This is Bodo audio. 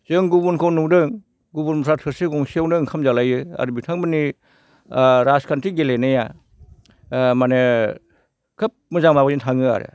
जों गुबुनखौ नुदों गुबुनफ्रा थोरसि गंसेआवनो ओंखाम जालायो आरो बिथांमोननि राजखान्थि गेलेनायाव माने खोब मोजां माबाजों थाङो आरो